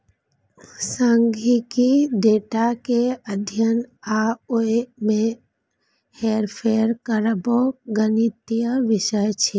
सांख्यिकी डेटा के अध्ययन आ ओय मे हेरफेर करबाक गणितीय विषय छियै